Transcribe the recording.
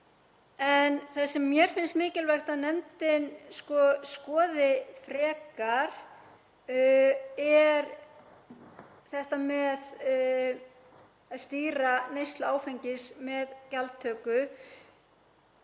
en það sem mér finnst mikilvægt að nefndin skoði frekar er þetta með að stýra neyslu áfengis með gjaldtöku.